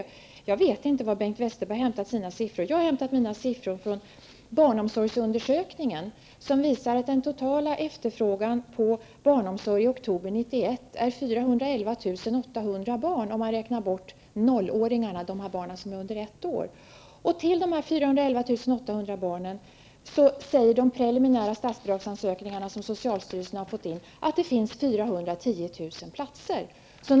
Jag vet inte var Bengt Westerberg har hämtat sina siffror ifrån. Mina siffror har jag hämtat från barnomsorgsundersökningen, och de visar att den totala efterfrågan på barnomsorg i oktober 1991 var 411 800 barn i kö, om man räknar bort barn som är under ett år. Till dessa 411 800 barn finns det 410 000 platser, enligt de preliminära statsbidragsansökningar som socialstyrelsen har fått in.